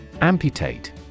Amputate